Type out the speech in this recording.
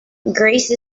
greece